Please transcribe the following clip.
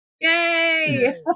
Yay